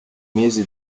mesi